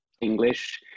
English